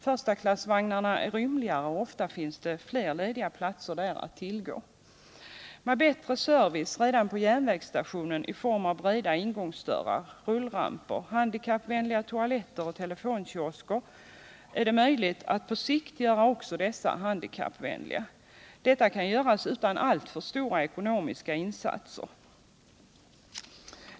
Förstaklassvagnarna är rymligare, och ofta finns det fler lediga platser där att tillgå. Med bättre service redan på järnvägsstationerna i form av breda ingångsdörrar, rullramper, handikappvänliga toaletter och telefonkiosker är det möjligt att på sikt göra också stationerna handikappvänliga. Detta kan göras utan alltför stora ekonomiska insatser.